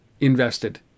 Invested